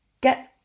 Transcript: Get